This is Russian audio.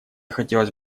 хотелось